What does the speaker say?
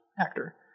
actor